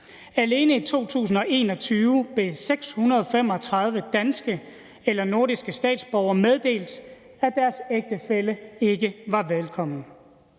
Alene i 2021 blev 635 danske eller nordiske statsborgere meddelt, at deres ægtefælle ikke var velkommen